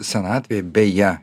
senatvėj beje